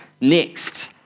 next